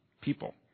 people